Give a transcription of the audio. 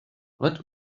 let